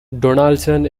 donaldson